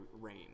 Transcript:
rain